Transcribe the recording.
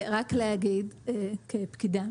כפקידה